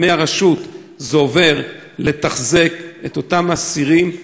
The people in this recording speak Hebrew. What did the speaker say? ומהרשות זה עובר לתחזק את אותם אסירים,